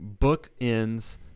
bookends